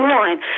one